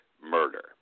murder